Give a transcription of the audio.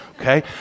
Okay